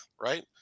Right